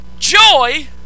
Joy